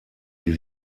die